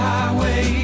Highway